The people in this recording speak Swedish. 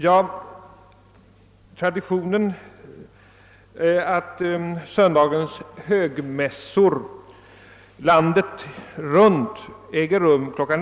Ja, traditionen att söndagens högmässor landet runt börjar kl.